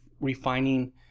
refining